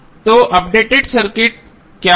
तो updated circuit क्या होगा